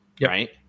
right